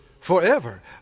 forever